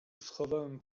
schowałem